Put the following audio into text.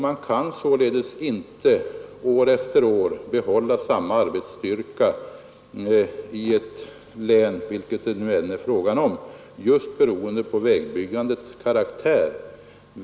Man kan således inte år efter år behålla samma arbetsstyrka i ett län, just beroende på vägbyggandets karaktär.